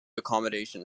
accommodation